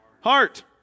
Heart